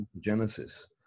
genesis